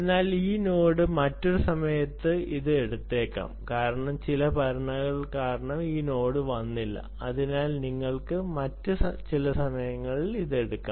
എന്നാൽ ഈ നോഡ് മറ്റൊരു സമയത്ത് ഇത് എടുത്തേക്കാം കാരണം ചില പരിഗണനകൾ കാരണം ഈ നോഡ് വന്നില്ല അതിനാൽ നിങ്ങൾക്ക് മറ്റ് ചില സമയങ്ങളിൽ എടുക്കാം